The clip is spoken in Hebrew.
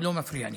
הוא לא מפריע לי,